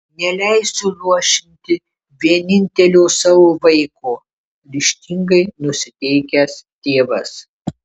neleisiu luošinti vienintelio savo vaiko ryžtingai nusiteikęs tėvas